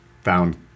found